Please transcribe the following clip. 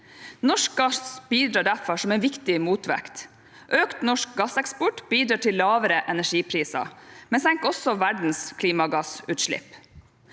Norsk gass bidrar derfor som en viktig motvekt. Økt norsk gasseksport bidrar til lavere energipriser, men senker også verdens klimagassutslipp.